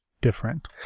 different